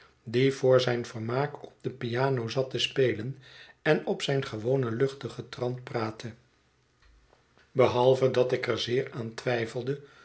die voor zijn vermaak op de piano zat te spelen en op zijn gewonen luchtigen trant praatte behalve dat ik er zeer aan twijfelde